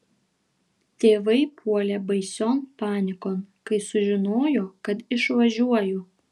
tėvai puolė baision panikon kai sužinojo kad išvažiuoju